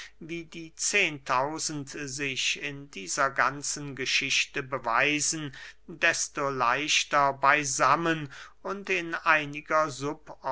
wie die zehentausend sich in dieser ganzen geschichte beweisen desto leichter beysammen und in einiger